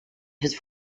his